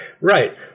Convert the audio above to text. Right